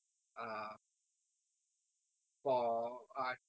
err for err